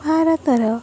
ଭାରତର